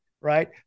right